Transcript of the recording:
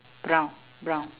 brown brown